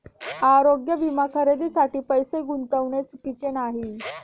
आरोग्य विमा खरेदीसाठी पैसे गुंतविणे चुकीचे नाही